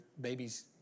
babies